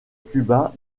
cuba